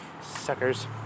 Suckers